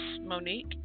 Monique